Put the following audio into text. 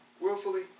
willfully